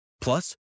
Plus